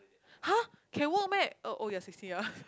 !huh! can work meh oh oh ya sixteen ya